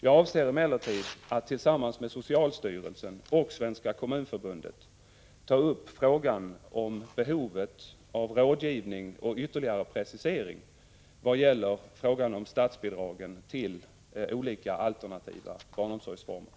Jag avser emellertid att tillsammans med socialstyrelsen och Svenska kommunförbundet ta upp frågan om behovet av rådgivning och ytterligare precisering vad gäller frågan om statsbidragen till olika alternativa barnomsorgsformer.